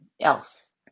else